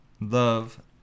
Love